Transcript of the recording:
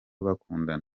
bakunda